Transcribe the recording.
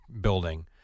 building